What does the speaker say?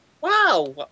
Wow